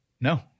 No